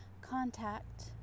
contact